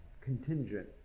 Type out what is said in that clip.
Contingent